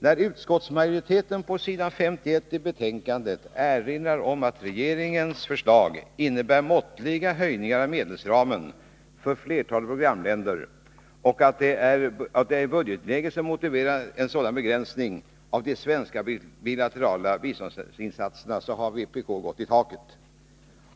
När utskottsmajoriteten på s. 51 i betänkandet erinrar om att regeringens förslag innebär måttliga höjningar av medelsramen för flertalet programländer och att det är budgetläget som motiverar en sådan begränsning av de svenska bilaterala biståndsinsatserna, går vpk i taket.